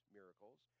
miracles